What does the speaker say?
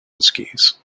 skis